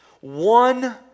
one